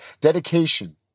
dedication